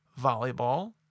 volleyball